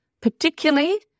particularly